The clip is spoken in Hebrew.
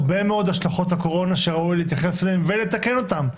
יש הרבה מאוד השלכות הקורונה שראוי להתייחס אליהן ולתקן אותן,